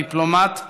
הדיפלומט הישראלי,